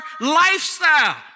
lifestyle